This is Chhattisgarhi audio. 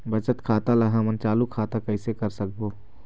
बचत खाता ला हमन चालू खाता कइसे कर सकबो?